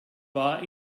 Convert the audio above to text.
war